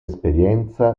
esperienza